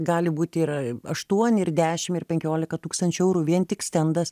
gali būti ir aštuoni ir dešim ir penkiolika tūkstančių eurų vien tik stendas